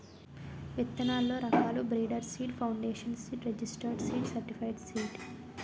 విత్తనాల్లో రకాలు breeder seed, foundation seed, registered seed, certified seed